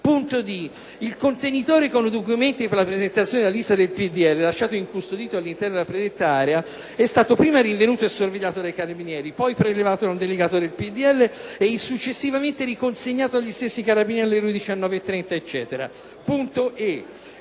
dice che il contenitore con i documenti per la presentazione della lista del PdL, lasciato incustodito all'interno della predetta area, è stato dapprima rinvenuto e sorvegliato dai carabinieri, poi prelevato da un delegato del PdL e successivamente riconsegnato agli stessi carabinieri alle ore 19,30 circa. Al